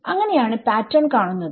അങ്ങനെ ആണ് പാറ്റേൺ കാണുന്നത്